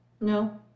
No